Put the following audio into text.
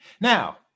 Now